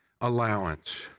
allowance